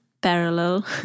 parallel